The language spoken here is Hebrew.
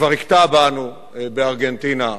שכבר הכתה בנו בארגנטינה פעמיים,